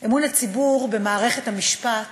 אמון הציבור במערכת המשפט